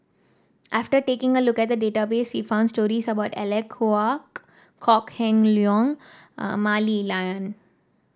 after taking a look at the database we found stories about Alec Kuok Kok Heng Leun and Mah Li Lian